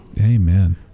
Amen